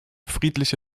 friedliche